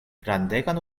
grandegan